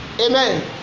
amen